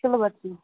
شِلوَر جی